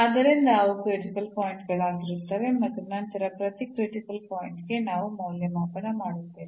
ಆದ್ದರಿಂದ ಅವು critical point ಗಳಾಗಿರುತ್ತವೆ ಮತ್ತು ನಂತರ ಪ್ರತಿ ಕ್ರಿಟಿಕಲ್ ಪಾಯಿಂಟ್ ಗೆ ನಾವು ಮೌಲ್ಯಮಾಪನ ಮಾಡುತ್ತೇವೆ